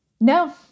No